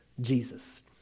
Jesus